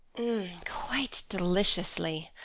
quite deliciously!